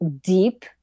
deep